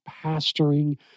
pastoring